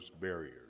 barriers